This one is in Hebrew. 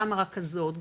גם הרכזות,